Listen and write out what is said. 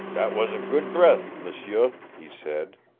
that was a good breath, m'sieu, he said.